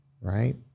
Right